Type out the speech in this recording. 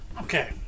Okay